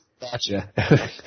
Gotcha